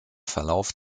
verlauf